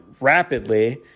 rapidly